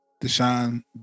Deshaun